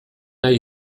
nahi